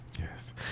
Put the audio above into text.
Yes